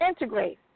integrate